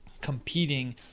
competing